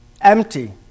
empty